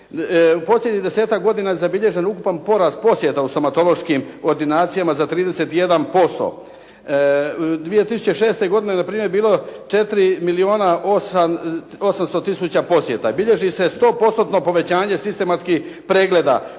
U posljednjih 10-tak godina zabilježen je ukupan porast posjeta u stomatološkim ordinacijama za 31%. 2006. godine na primjer je bilo 4 milijuna 800 tisuća posjeta. Bilježi se 100% povećanje sistematskih pregleda